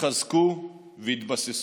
יתחזקו ויתבססו.